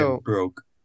broke